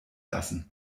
lassen